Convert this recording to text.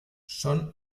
son